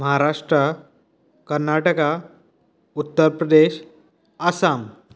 Maharashtra Karnataka Uttar Pradesh Assam